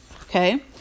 Okay